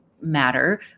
matter